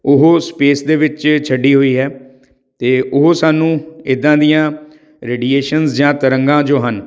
ਉਹ ਸਪੇਸ ਦੇ ਵਿੱਚ ਛੱਡੀ ਹੋਈ ਹੈ ਅਤੇ ਉਹ ਸਾਨੂੰ ਇੱਦਾਂ ਦੀਆਂ ਰੇਡੀਏਸ਼ਨ ਜਾਂ ਤਰੰਗਾਂ ਜੋ ਹਨ